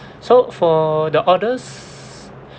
so for the orders